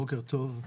בוקר טוב.